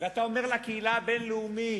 ואתה אומר לקהילה הבין-לאומית: